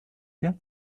der